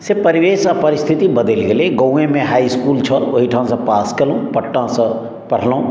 से परिवेश आ परिस्थिति बदलि गेलै गाँवे मे हाइ इसकुल छ्ल ओहि ठाम सॅं पास कएलहुॅं पटना सॅं पढ़लहुॅं